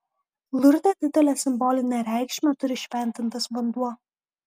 lurde didelę simbolinę reikšmę turi šventintas vanduo